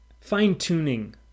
fine-tuning